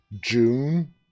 June